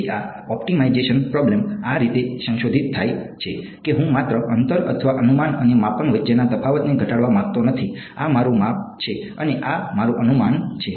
પછી આ optimisation problem આ રીતે સંશોધિત થાય છે કે હું માત્ર અંતર અથવા અનુમાન અને માપન વચ્ચેના તફાવતને ઘટાડવા માંગતો નથી આ મારું માપ છે અને આ મારું અનુમાન છે